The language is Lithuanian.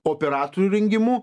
operatorių rengimu